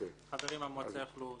החברים מהמועצה יוכלו להגיד.